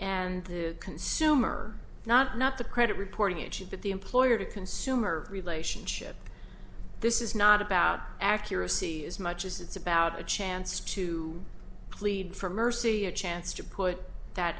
and the consumer not not the credit reporting it should but the employer to consumer relationship this is not about accuracy as much as it's about a chance to plead for mercy a chance to put that